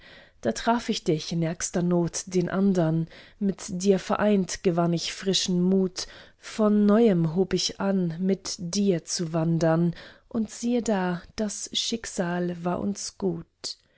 da traf ich dich in ärgster not den andern mit dir vereint gewann ich frischen mut von neuem hob ich an mit dir zu wandern und siehe da das schicksal war uns gut